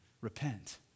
Repent